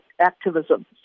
activism